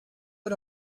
but